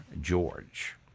George